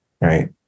right